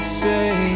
say